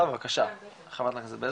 בבקשה, חברת הכנסת בזק.